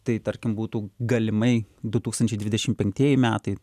tai tarkim būtų galimai du tūkstančiai dvidešimt penktieji metai